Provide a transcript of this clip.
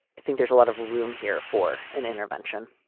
i think there's a lot of room here for an intervention.